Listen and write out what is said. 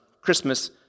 Christmas